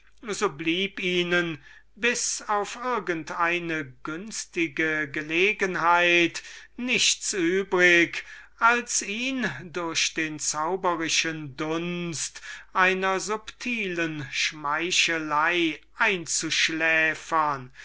so blieb ihnen bis auf irgend eine günstige gelegenheit nichts übrig als ihn durch den magischen dunst einer subtilen schmeichelei einzuschläfern